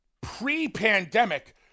Pre-pandemic